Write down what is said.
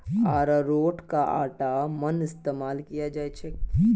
अरारोटका आटार मन इस्तमाल कियाल जाछेक